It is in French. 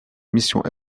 missions